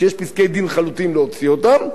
שיש פסקי-דין חלוטים להוציא אותם,